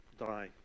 die